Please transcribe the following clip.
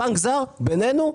בנק זר, בינינו?